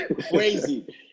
Crazy